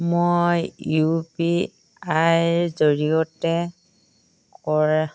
মই U P I ৰ জৰিয়তে কৰা